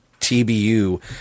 TBU